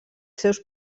seus